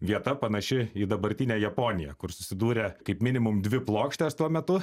vieta panaši į dabartinę japoniją kur susidūrė kaip minimum dvi plokštės tuo metu